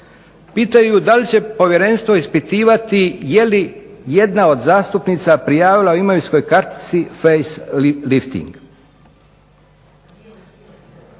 Pitaju da li će povjerenstvo ispitivati je li jedna od zastupnica prijavila u imovinskoj kartici facelifting?